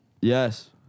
Yes